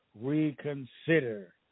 reconsider